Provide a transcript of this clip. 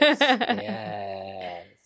yes